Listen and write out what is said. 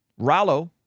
Rallo